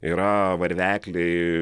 yra varvekliai